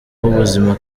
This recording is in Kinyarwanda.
w’ubuzima